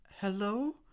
Hello